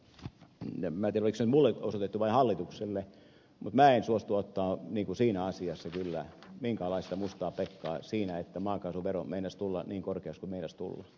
en tiedä oliko se minulle osoitettu vai hallitukselle mutta minä en suostu ottamaan kyllä minkäänlaista mustaa pekkaa siinä että maakaasuvero meinasi tulla niin korkeaksi kuin meinasi tulla